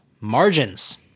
margins